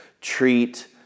treat